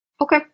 Okay